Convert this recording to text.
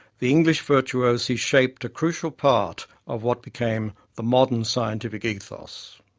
the english virtuosi shaped a crucial part of what became the modern scientific ethos.